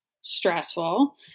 stressful